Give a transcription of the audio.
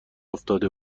افتاده